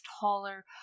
taller